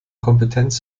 kompetenz